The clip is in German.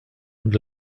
und